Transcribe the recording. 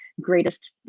greatest